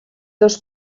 dos